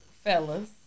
fellas